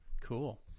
Cool